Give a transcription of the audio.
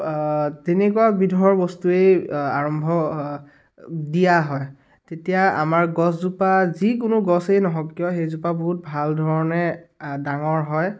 তেনেকুৱা বিধৰ বস্তুৱেই আৰম্ভ দিয়া হয় তেতিয়া আমাৰ গছজোপা যিকোনো গছেই নহওক কিয় সেইজোপা বহুত ভাল ধৰণে ডাঙৰ হয়